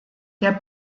der